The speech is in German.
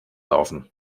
verlaufen